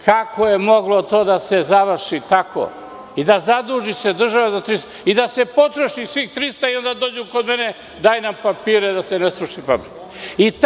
Kako je moglo to da se završi tako i da se zaduži država i da se potroši svih 300 miliona i onda dođu kod mene – daj nam papire da se ne sruši fabrika.